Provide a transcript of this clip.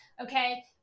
Okay